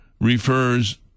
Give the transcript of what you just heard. refers